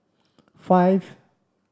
five